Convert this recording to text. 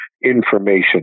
information